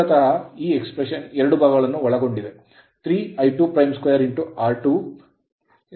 ಮೂಲತಃ ಈ expressionಅಭಿವ್ಯಕ್ತಿ ಎರಡು ಭಾಗಗಳನ್ನು ಒಳಗೊಂಡಿದೆ 3 I22 r2 ನಂತರ s